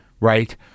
Right